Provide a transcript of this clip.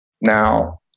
Now